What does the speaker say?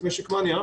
שלה.